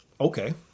Okay